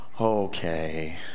okay